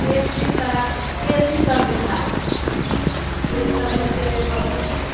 case بھی کرا case بھی کر دیتا ہے کیس کرنے سے بہت